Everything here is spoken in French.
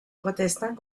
protestant